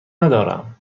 ندارم